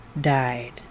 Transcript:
died